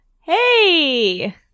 Hey